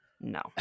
no